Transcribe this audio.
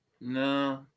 No